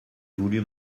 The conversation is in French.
voulu